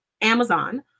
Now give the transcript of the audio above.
Amazon